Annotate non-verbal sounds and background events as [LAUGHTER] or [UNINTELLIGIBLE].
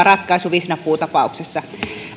[UNINTELLIGIBLE] ratkaisun visnapuu tapauksessa